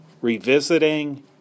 revisiting